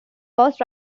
first